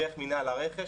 דרך מינהל הרכש,